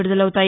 విడుదలవుతాయి